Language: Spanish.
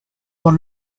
por